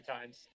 times